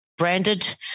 Branded